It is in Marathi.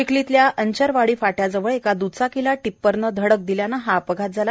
चिखलीतल्या अंचरवाडी फाट्याजवळ एका दुचाकीला टिप्परनं धडक दिल्यानं हा अपघात झाला